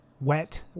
wet